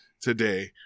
today